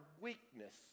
weakness